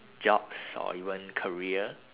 jobs or even career